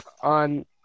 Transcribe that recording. on